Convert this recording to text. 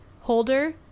holder